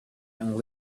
and